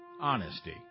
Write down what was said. honesty